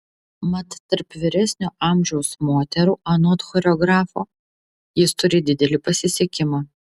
mat tarp vyresnio amžiaus moterų anot choreografo jis turi didelį pasisekimą